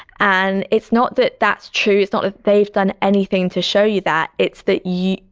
and it's not that that's true. it's not that they've done anything to show you that, it's that you,